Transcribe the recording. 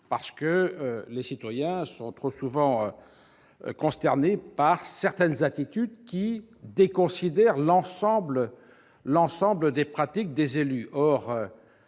ces derniers étant trop souvent consternés par certaines attitudes déconsidérant l'ensemble des pratiques des élus.